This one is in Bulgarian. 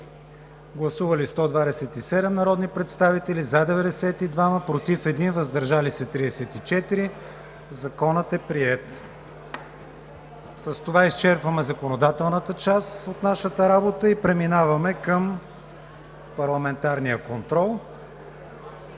Гласували 127 народни представители: за 92, против 1, въздържали се 34. Законопроектът е приет. С това изчерпахме законодателната част от нашата работа. Преминаваме към: ПАРЛАМЕНТАРЕН КОНТРОЛ.